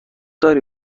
داری